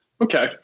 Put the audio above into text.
Okay